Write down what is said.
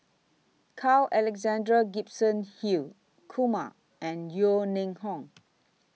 Carl Alexander Gibson Hill Kumar and Yeo Ning Hong